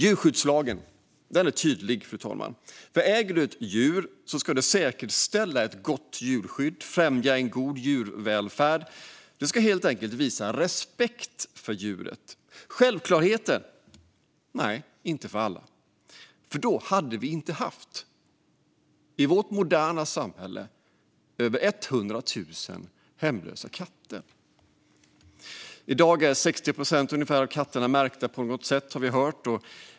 Djurskyddslagen är tydlig. Äger du ett djur ska du säkerställa ett gott djurskydd och främja en god djurvälfärd. Du ska helt enkelt visa respekt för djuret. Är inte det självklarheter? Nej, inte för alla. Då hade vi inte i vårt moderna samhälle haft över 100 000 hemlösa katter. I dag är ungefär 60 procent av katterna märkta på något sätt, har vi hört.